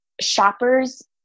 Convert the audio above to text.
shoppers